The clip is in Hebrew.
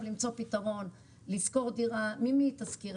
למצוא פתרון לשכור דירה ממי היא תשכיר?